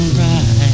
right